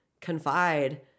Confide